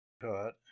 cut